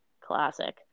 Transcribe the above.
Classic